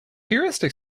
heuristic